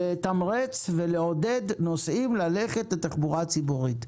לתמרץ ולעודד נוסעים להשתמש בתחבורה הציבורית?